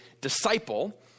disciple